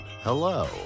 hello